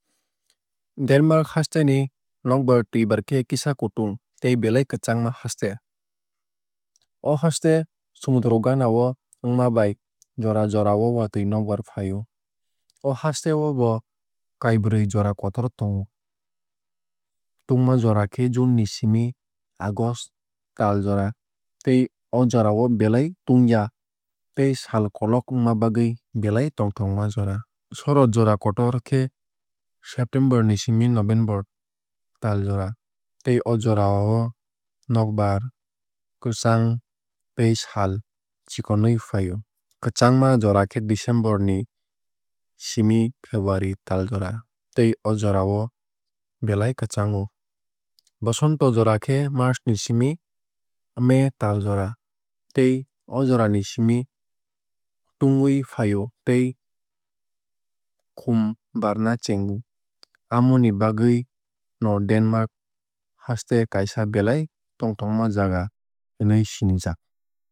Denmark haste ni nokbar twuibar khe kisa kutung tei belai kwchangma haste. O haste somudro gana o wngma bai jora jorao watui nokbar fai o. O haste o bo kaibrui jora kotor tongo. Tungma jora khe june ni simi august tal jora tei o jora o belai tungya tei sal kolog wngma bagwui belai tongthokma jora. Shorod jora kotor khe september ni simi november tal jora tei o jorao nokbar kwchang tei sal chikonwui fai o. Kwchangma jora khe december ni simi february tal jora tei o jorao belai kwchango. Bosonto jora khe march ni simi may tal jora tei o jora ni simi tungui fai o tei khum barna chengo. Amoni bagwui no denmark haste kaisa belai tongthokma jaga hinui sinijak.